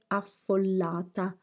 affollata